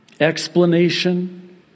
explanation